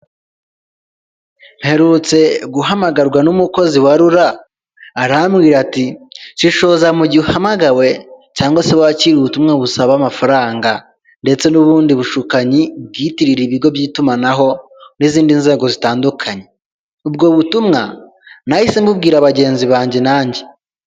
Mperutse guhamagarwa n'umukozi wa rura, arambwira ati "shishoza mu gihe uhamagawe cyangwa se wakira ubutumwa busaba amafaranga, ndetse n'ubundi bushukanyi bwitiriye ibigo by'itumanaho n'izindi nzego zitandukanye" ubwo butumwa nahise mubwira bagenzi banjye nanjye.